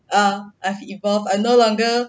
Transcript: err I have evolved I no longer